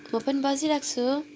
म पनि बसिरहेको छु